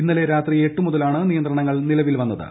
ഇന്നലെ രാത്രി എട്ട് മുതലാണ് നിയന്ത്രണങ്ങൾ നിലവിൽ വന്നത്